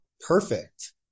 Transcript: perfect